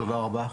תודה רבה.